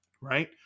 right